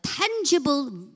tangible